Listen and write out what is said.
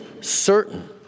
certain